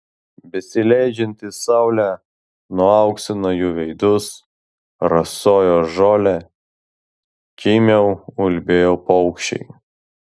besileidžianti saulė nuauksino jų veidus rasojo žolė kimiau ulbėjo paukščiai